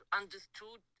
understood